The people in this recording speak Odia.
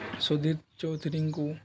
ସୁଧୀର ଚୌଧରୀଙ୍କୁ